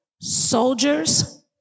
soldiers